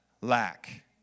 lack